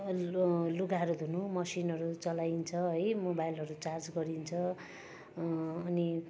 लु लुगाहरू धुनु मसिनहरू चलाइन्छ है मोबाइलहरू चार्ज गरिन्छ अनि